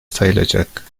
sayılacak